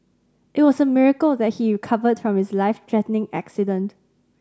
it was a miracle that he recovered from his life threatening accident